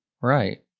right